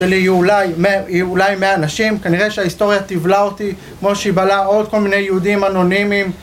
שלי יהיו אולי 100 אנשים, כנראה שההיסטוריה תבלע אותי כמו שהיא בלעה עוד כל מיני יהודים אנונימיים